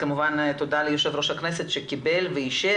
וכמובן תודה ליו"ר הכנסת שקיבל ואישר